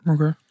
Okay